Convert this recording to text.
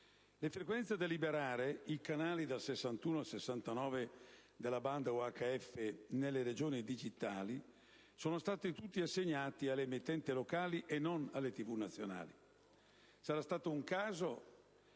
Le frequenze da liberare, i canali dal 61 al 69 della banda UHF, nelle Regioni digitali sono stati tutti assegnati alle emittenti locali e non alle TV nazionali. Sarà stato un caso?